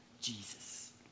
Jesus